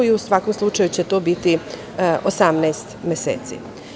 U svakom slučaju će to biti 18 meseci.